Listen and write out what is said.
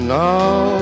now